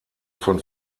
von